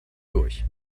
durch